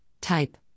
type